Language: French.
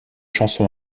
chansons